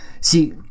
See